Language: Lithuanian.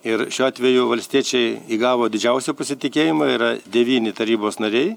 ir šiuo atveju valstiečiai įgavo didžiausią pasitikėjimą yra devyni tarybos nariai